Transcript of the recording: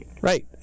Right